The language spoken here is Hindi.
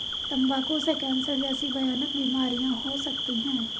तंबाकू से कैंसर जैसी भयानक बीमारियां हो सकती है